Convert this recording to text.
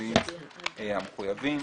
בשינויים המחויבים.